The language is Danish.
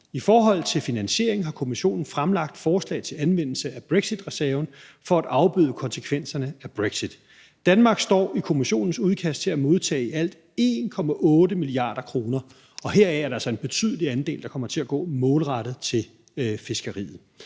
I forhold til finansieringen har Kommissionen fremlagt forslag til anvendelse af brexitreserven for at afbøde konsekvenserne af brexit. Danmark står i Kommissionens udkast til at modtage i alt 1,8 mia. kr., og heraf er der altså en betydelig andel, der kommer til at gå målrettet til fiskeriet.